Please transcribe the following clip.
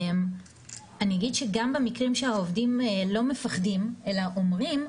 אני אגיד שגם במקרים שהעובדים לא מפחדים אלא אומרים,